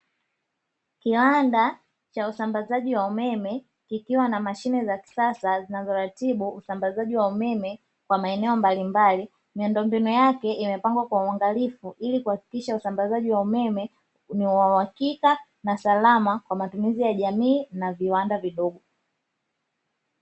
Kiwanda cha usambazaji wa umeme kikiwa na mashine za kisasa, zinazoratibu usambazaji wa umeme kwa maeneo mbalimbali, miundombinu yake imepangwa kwa uangalifu ili kuhakikisha usambazaji wa umeme, ni wa uhakika na salama kwa matumizi ya jamii na viwanda vidogo.